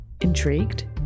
Intrigued